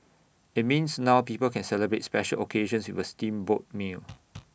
IT means now people can celebrate special occasions with A steamboat meal